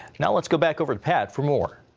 and let's go back over to pat for more.